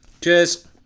Cheers